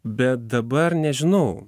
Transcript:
bet dabar nežinau